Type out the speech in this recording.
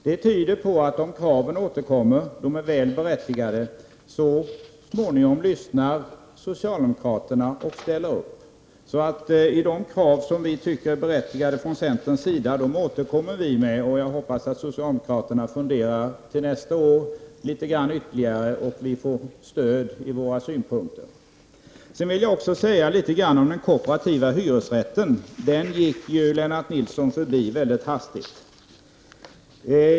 Det tyder på att om berättigade krav återkommer lyssnar socialdemokraterna så småningom och ställer sig bakom dessa. De krav som vi från centern tycker är berättigade skall vi återkomma med. Jag hoppas att socialdemokraterna till nästa år funderar litet ytterligare så att vi får stöd för våra synpunkter. Jag vill också säga något om den kooperativa hyresrätten som Lennart Nilsson gick förbi mycket hastigt.